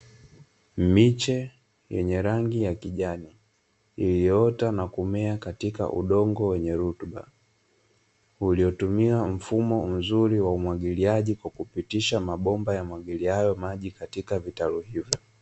Miche yenye rangi ya kijani, iliyoota na kumea katika udongo wenye rutuba, uliotumia mfumo mzuri wa umwagiliaji, hupitisha mabomba yamwagiliayo maji katika vitalu hivyo.